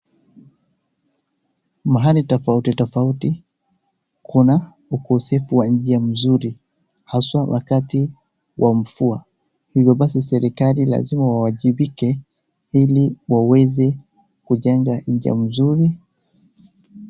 Mahali tofauti tofauti kuna ukosefu wa njia nzuri haswa wakati wa mvua hivyobasi serikali lazima wawajibike ili waweze kujenga njia mzuri.